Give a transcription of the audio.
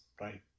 right